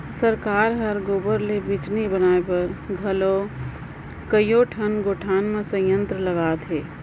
सरकार हर गोबर ले बिजली बनाए बर घलो कयोठन गोठान मे संयंत्र लगात हे